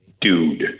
dude